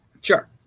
Sure